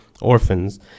orphans